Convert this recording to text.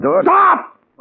Stop